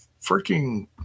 freaking